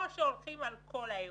או שהולכים על כל האירוע